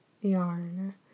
yarn